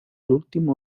último